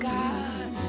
God